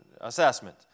assessment